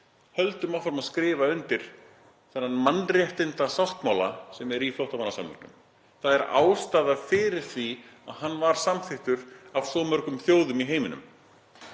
höldum áfram að skrifa undir þennan mannréttindasáttmála sem flóttamannasamningurinn er. Það er ástæða fyrir því að hann var samþykktur af svo mörgum þjóðum í heiminum